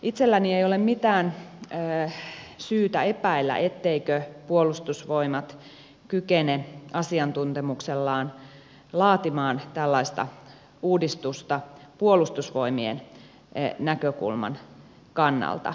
itselläni ei ole mitään syytä epäillä etteikö puolustusvoimat kykene asiantuntemuksellaan laatimaan tällaista uudistusta puolustusvoimien näkökulman kannalta